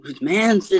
Man